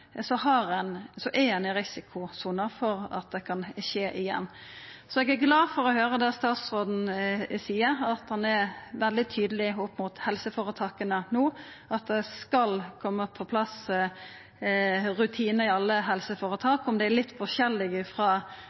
er ein i risikosona for at det kan skje igjen. Eg er glad for å høyra det statsråden seier, at han no er veldig tydeleg opp mot helseføretaka, og at det skal koma på plass rutinar i alle helseføretak. Om det er litt forskjellig